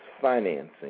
financing